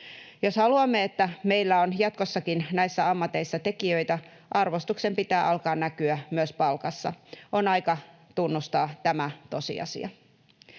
Jos haluamme, että meillä on jatkossakin näissä ammateissa tekijöitä, arvostuksen pitää alkaa näkyä myös palkassa. On aika tunnustaa tämä tosiasia.